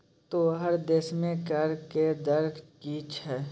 तोहर देशमे कर के दर की छौ?